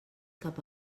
cap